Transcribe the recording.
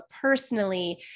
personally